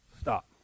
stop